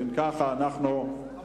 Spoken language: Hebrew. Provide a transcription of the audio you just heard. אם כך, חברים,